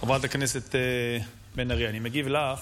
חברת הכנסת בן ארי, אני מגיב לך